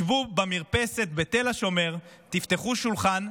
שבו במרפסת בתל השומר, תפתחו שולחן,